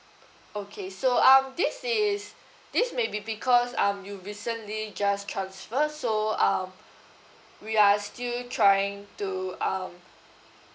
okay so um this is this may be because um you recently just transferred so um we are still trying to um